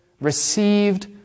received